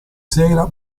sera